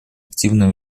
активные